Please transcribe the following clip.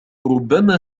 ربما